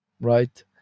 right